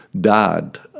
died